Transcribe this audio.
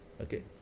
Okay